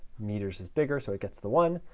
meters is bigger, so it gets the one.